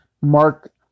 Mark